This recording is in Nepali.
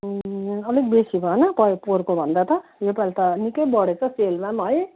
अलिक बेसी भएन पोहोरको भन्दा त योपालि त निकै बढेछ सेलमा पनि है